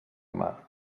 mar